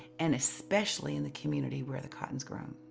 and especially in the community where the cotton's grown.